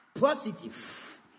Positive